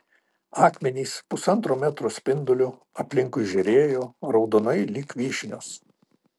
akmenys pusantro metro spinduliu aplinkui žėrėjo raudonai lyg vyšnios